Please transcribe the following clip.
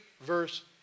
verse